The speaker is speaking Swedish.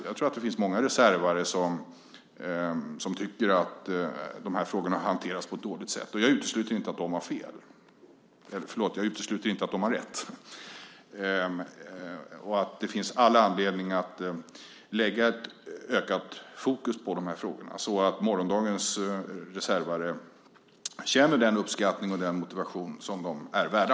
Jag tror att det finns många reservare som tycker att frågorna har hanterats på ett dåligt sätt. Jag utesluter inte att de har rätt. Det finns all anledning att lägga ett ökat fokus på frågorna så att morgondagens reservare känner den uppskattning och motivation de är värda.